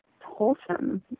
wholesome